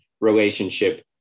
relationship